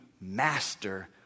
master